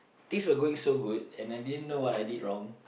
things were going so good and I didn't know what I did wrong